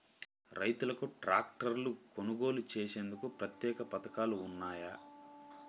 రైతులకు ట్రాక్టర్లు కొనుగోలు చేసేందుకు ప్రత్యేక పథకాలు ఉన్నాయా?